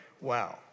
Wow